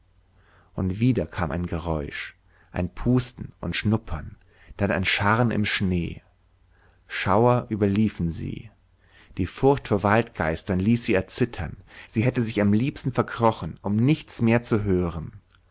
und wieder kam ein geräusch ein pusten und schnuppern dann ein scharren im schnee schauer überliefen sie die furcht vor waldgeistern ließ sie erzittern sie hätte sich am liebsten verkrochen um nichts mehr zu hören